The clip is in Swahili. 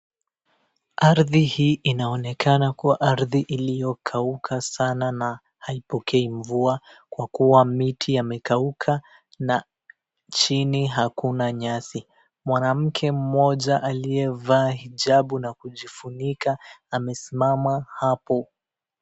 Ardhi hii inaonekana kuwa ardhi iliyokauka sana na haipokei mvua kwa kuwa miti imekauka na chini hakuna nyasi. Mwanamke mmoja aliyevaa hijabu na kujifunika amesimama hapo.